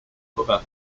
cover